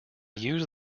used